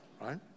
right